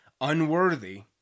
unworthy